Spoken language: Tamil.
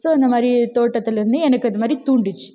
ஸோ இந்தமாதிரி தோட்டத்திலருந்து எனக்கு இந்த மாதிரி தூண்டிச்சு